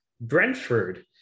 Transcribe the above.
Brentford